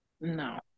No